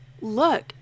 look